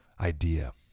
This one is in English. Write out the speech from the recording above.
idea